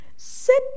sit